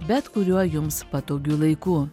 bet kuriuo jums patogiu laiku